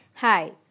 Hi